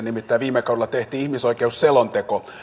nimittäin viime kaudella tehtiin ihmisoikeusselonteko